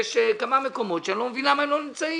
ועוד כמה מקומות שאני לא מבין למה הם לא נמצאים.